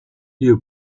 you